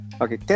okay